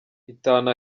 itanu